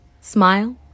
smile